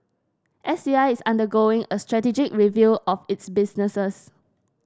S C I is undergoing a strategic review of its businesses